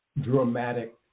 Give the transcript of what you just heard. dramatic